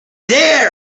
there